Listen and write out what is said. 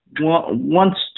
Wants